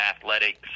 athletics